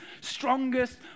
strongest